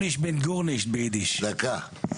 תודה רבה.